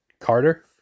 Carter